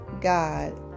God